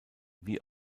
wie